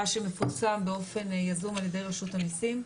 שמפורסם באופן יזום על ידי רשות המיסים,